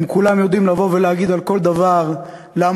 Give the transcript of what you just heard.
הם כולם יודעים לבוא ולהגיד על כל דבר למה